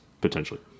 potentially